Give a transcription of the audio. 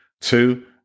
two